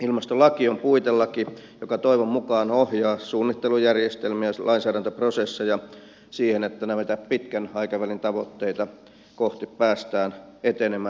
ilmastolaki on puitelaki joka toivon mukaan ohjaa suunnittelujärjestelmiä lainsäädäntöprosesseja siihen että näitä pitkän aikavälin tavoitteita kohti päästään etenemään